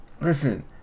Listen